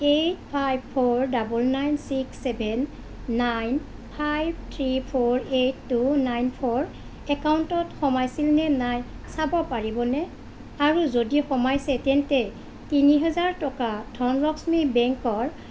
eight five four double nine six seven nine five three four eight two nine four একাউণ্টত সোমাইছিল নে নাই চাব পাৰিবনে আৰু যদি সোমাইছে তেন্তে তিনি হেজাৰ টকা ধনলক্ষ্মী বেংকৰ